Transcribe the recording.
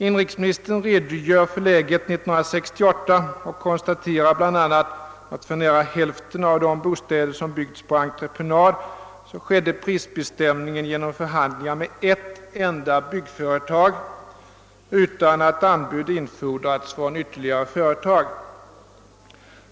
Inrikesministern redogjorde för läget 1968 och konstaterade bl.a. att prisbestämningen för nära hälften av de bostäder som byggts på entreprenad skett genom förhandlingar med ett enda byggföretag utan att anbud infordrats från ytterligare företag.